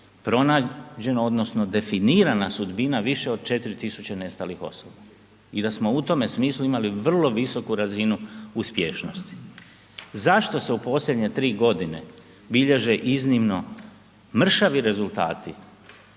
pronađena odnosno definirana sudbina više od 4000 nestalih osoba i da smo u tome smislu imali vrlo visoku razinu uspješnosti. Zašto se u posljednje 3 g. bilježe iznimno mršavi rezultati